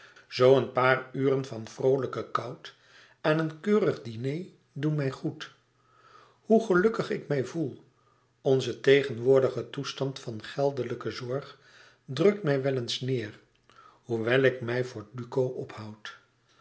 zoo een paar uren van vroolijke kout aan een keurig diner doen mij goed hoe gelukkig ik mij voel onze tegenwoordige toestand van geldelijke zorg drukt mij wel eens neêr hoewel ik mij voor duco ophoud